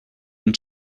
and